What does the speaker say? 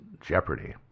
Jeopardy